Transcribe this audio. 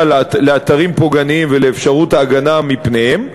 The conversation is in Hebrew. לאתרים פוגעניים ולאפשרות ההגנה מפניהם.